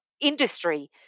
industry